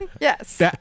Yes